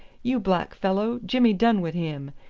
you black fellow, jimmy done wid him.